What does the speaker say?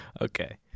Okay